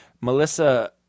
Melissa